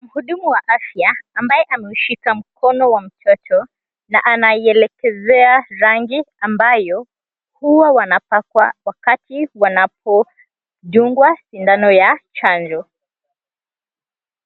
Mhudumu wa afya ambaye ameushika mkono wa mtoto na anaielekezea rangi ambayo huwa wanapakwa wakati wanapodungwa sindano ya chanjo.